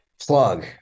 plug